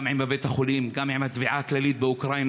גם עם בית החולים, גם עם התביעה הכללית באוקראינה,